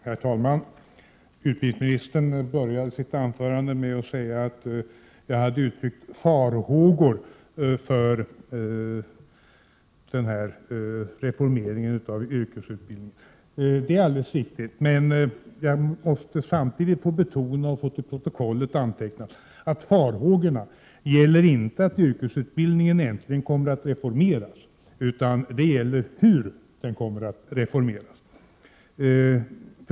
Herr talman! Utbildningsministern började sitt anförande med att säga att jag hade uttryckt ”farhågor” för den här reformeringen av yrkesutbildningen. Det är alldeles riktigt, men jag måste betona och få till protokollet antecknat att farhågorna inte gäller det förhållandet att yrkesutbildningen äntligen kommer att reformeras utan hur den kommer att reformeras.